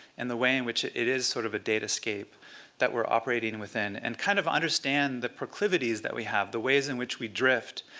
and the way in which it is sort of a datascape that we're operating within, and kind of understand the proclivities that we have, the ways in which we drift.